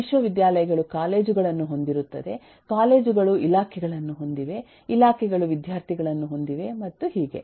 ವಿಶ್ವವಿದ್ಯಾಲಯಗಳು ಕಾಲೇಜು ಗಳನ್ನು ಹೊಂದಿರುತ್ತದೆ ಕಾಲೇಜು ಗಳು ಇಲಾಖೆಗಳನ್ನು ಹೊಂದಿವೆ ಇಲಾಖೆಗಳು ವಿದ್ಯಾರ್ಥಿಗಳನ್ನು ಹೊಂದಿವೆ ಮತ್ತು ಹೀಗೆ